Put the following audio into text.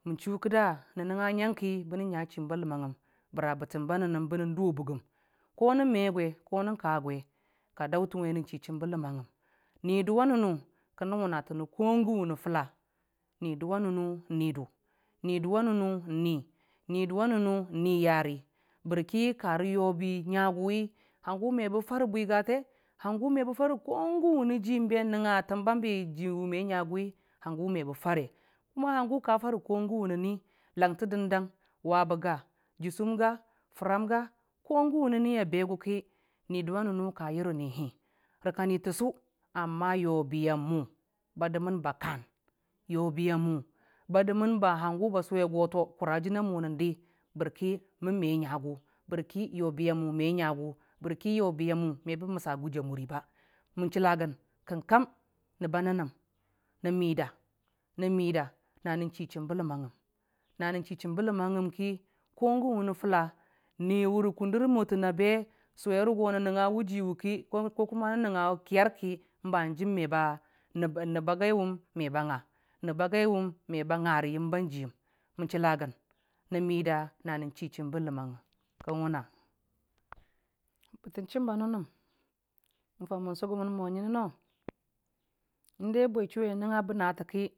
mən chʊ kida nən nəngnga ngənki bən nga chimbə ləmangngəm bəra bətəm ba nənnən bə bʊ a bʊggə. ko nən me gwe ko nən ka gwe ka daʊtənwe nən chi chimbə ləmangngəm widuwa nənnʊ ka nən wʊnatəna wənko Niduwa nənnʊ ni Niduwa nənmu Nidu, Nidʊwa nənnu ni yiyari bərki karə yobi ngaguwi hangu mebə fare bwigate me bəfare ko gən wʊnə ji bən nəngnga təm bambe me ngagʊwi həng mebə fare. hangu ka fare kuma gən wʊnə ni, Langte dəndang wabe ga jʊsʊm ga fəram ga ko gən wʊnə ni a be gʊ ki Nidʊwa nənnu ka yəre nini rə kani təsu amma yobiyamʊ ba dəmən ba kaan yobiyamu ba dəmən ba sʊwego kura jənyamʊ nandi bərki mən me ngagʊ bərki yobiyamʊ mebən məsa gʊji a mʊri ba mə chəla gən nəbba nənnən kənkam nən mida nən chi chiim bə ləman ngəm na nən chi chimbə ləmangngəm ki ko gən wʊnə fʊla ni wʊrə kʊnda noɨtən a be sʊwe rəgo nən nəngnga wʊ jiwe ki. kiyar ki nəbba gaiwʊm meba nga rə yəmba jiyəm mən chəlagən nən midə nən chi chlimbə ləman gngəm kən wʊna, bətəm chʊm ba nənnən mən faʊ mən, sʊgʊmən mo ngənəno indai bwe chʊwi a nəngnga nate ki